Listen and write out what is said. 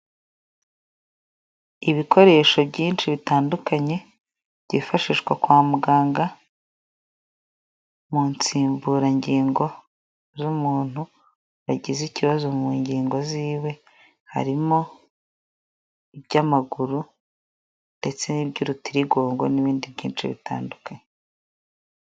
Ibikoresho byinshi bitandukanye byifashishwa kwa muganga mu nsimburangingo z'umuntu wagize ikibazo mu ngingo ziwe harimo iby'amaguru ndetse n'iby'urutirigongo n'ibindi byinshi bitandukanye.